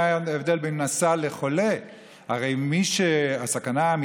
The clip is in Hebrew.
מה ההבדל בין נשא לחולה?